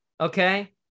Okay